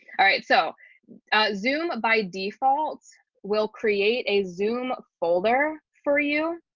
alright, so zoom by default will create a zoom folder for you.